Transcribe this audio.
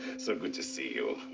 so good to see you.